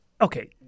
Okay